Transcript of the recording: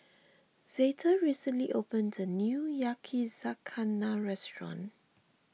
Zeta recently opened a new Yakizakana restaurant